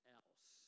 else